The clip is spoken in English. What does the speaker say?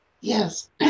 Yes